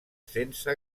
sense